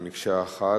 כמקשה אחת,